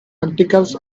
articles